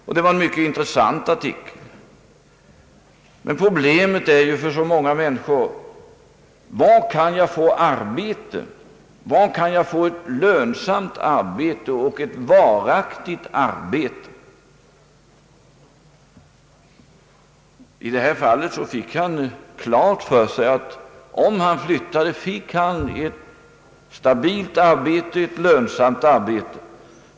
Artikeln är mycket intressant, men problemet för så många människor är ju var de skall kunna få ett lönsamt och varaktigt arbete. Mannen som artikeln handlar om fick klart för sig att om han flyttade så fick han ett stabilt och lönsamt arbete.